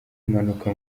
mpanuka